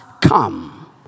come